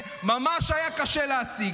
ממש היה קשה להשיג.